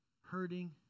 hurting